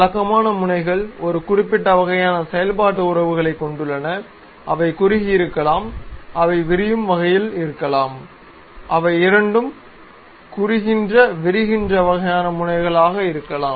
வழக்கமான முனைகள் ஒரு குறிப்பிட்ட வகையான செயல்பாட்டு உறவுகளைக் கொண்டுள்ளன அவை குருகியிருக்கலாம் அவை விரியும் வகையில் இருக்கலாம் அவை இரண்டும் குறுகுகின்ற விரிகின்ற வகையான முனைகளாக இருக்கலாம்